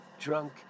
drunk